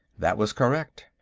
that was correct.